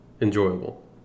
enjoyable